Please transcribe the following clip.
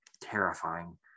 Terrifying